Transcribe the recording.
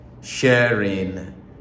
sharing